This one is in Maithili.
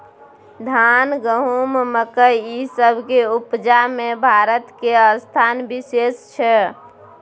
धान, गहूम, मकइ, ई सब के उपजा में भारत के स्थान विशेष छै